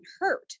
hurt